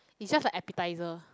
is just appetizer